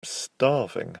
starving